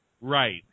Right